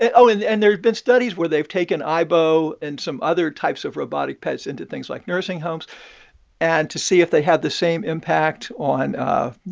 and oh, and and there have been studies where they've taken aibo and some other types of robotic pets into things like nursing homes and to see if they had the same impact on, ah